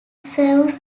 serves